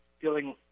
feeling